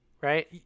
Right